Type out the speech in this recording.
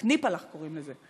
"קניפלך" קוראים לזה.